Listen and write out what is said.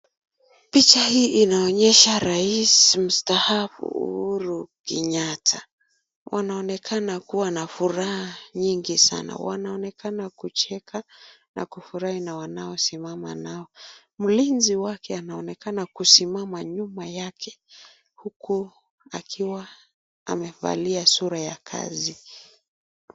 Picha ii inaonyesha raisi mstahafu Uhuru kenyatta wanaoneka kuwa na furaha nyingi sana wanaonekana kucheka na kufurahi na wanaosimama na hao mlinzi wake anaonekana kusimama nyuma yake huku akiwa amevalia sura ya kazi.